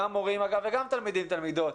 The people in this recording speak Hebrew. גם מורים וגם תלמידים/תלמידות,